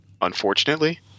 unfortunately